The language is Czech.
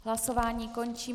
Hlasování končím.